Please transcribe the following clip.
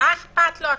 מה אכפת לו הכנסת?